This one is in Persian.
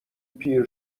پیر